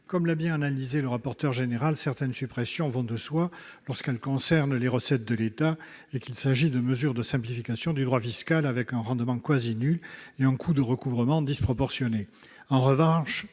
Comme l'a bien analysé le rapporteur général, certaines suppressions vont de soi lorsqu'elles concernent les recettes de l'État et lorsqu'il s'agit de mesures de simplification du droit fiscal, certaines taxes ayant un rendement quasi nul et un coût de recouvrement disproportionné.